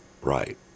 Right